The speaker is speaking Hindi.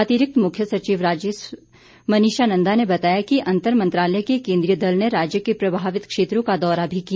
अतिरिक्त मुख्य सचिव राजस्व मनीषा नंदा ने बताया कि अंतर मंत्रालय के केंद्रीय दल ने राज्य के प्रभावित क्षेत्रों का दौरा भी किया